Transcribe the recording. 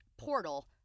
portal